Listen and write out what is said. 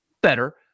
Better